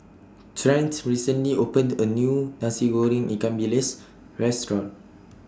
Trent recently opened A New Nasi Goreng Ikan Bilis Restaurant